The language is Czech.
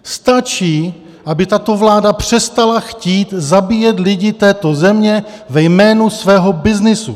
Stačí, aby tato vláda přestala chtít zabíjet lidi této země ve jménu svého byznysu.